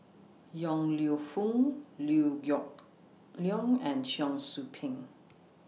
Yong Lew Foong Liew Yong Leong and Cheong Soo Pieng